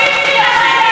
לגיטימציה הזאת,